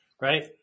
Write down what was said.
Right